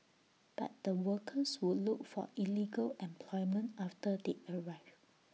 but the workers would look for illegal employment after they arrive